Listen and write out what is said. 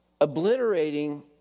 obliterating